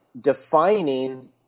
defining